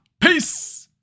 Peace